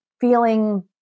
feeling